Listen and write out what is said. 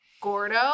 Gordo